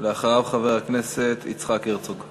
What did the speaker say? אחריו, חבר הכנסת יצחק הרצוג.